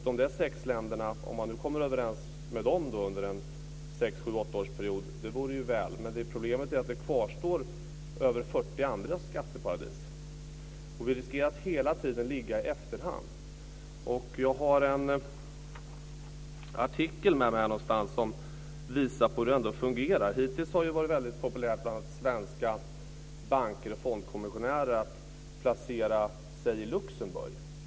Det vore ju väl om man kan komma överens med dessa sex länder under en sex-, sju eller åttaårsperiod, men problemet är att det kvarstår över 40 andra skatteparadis. Vi riskerar att hela tiden ligga i efterhand. Jag har en artikel med mig som visar hur det fungerar. Hittills har det ju varit väldigt populärt bland svenska banker och fondkommissionärer att placera sig i Luxemburg.